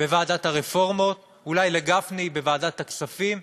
בוועדת הרפורמות, אולי לגפני בוועדת הכספים,